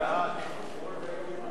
ההצעה להעביר את הצעת חוק התקשורת (בזק ושידורים) (תיקון,